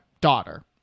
daughter